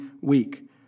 week